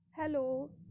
Hello